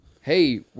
hey